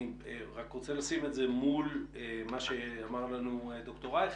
אני רק רוצה לשים את זה מול מה שאמר לנו ד"ר רייכר,